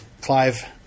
Clive